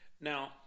now